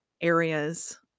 areas